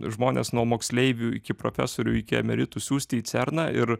žmones nuo moksleivių iki profesorių iki emeritų siųsti į cerną ir